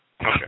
Okay